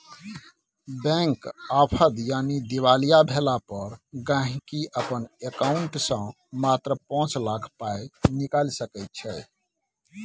bank आफद यानी दिवालिया भेला पर गांहिकी अपन एकांउंट सँ मात्र पाँच लाख पाइ निकालि सकैत छै